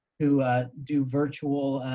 who do virtual,